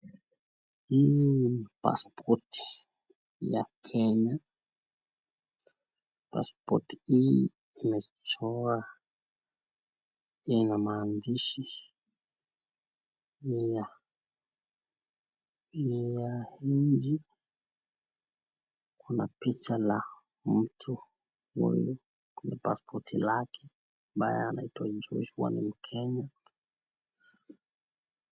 Hii ni pasipoti ya Kenya, pasipoti hii imechorwa, inamaandishi ya nchi, kuna picha la mkoja kwenye pasipoti lake ambaye anaitwa Joshua, ni mkenya.